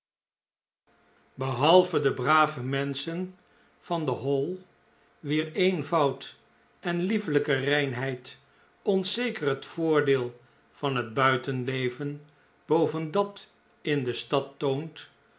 ehalve de brave menschen van de hall wier eenvoud en lieflijke reinheid ons p p zeker het voordeel van het buitenleven boven dat in de stad toont